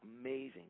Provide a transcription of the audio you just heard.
Amazing